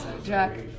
Jack